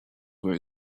were